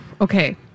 Okay